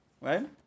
Right